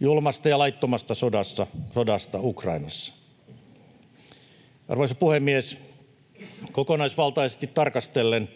julmasta ja laittomasta sodasta Ukrainassa. Arvoisa puhemies! Kokonaisvaltaisesti tarkastellen,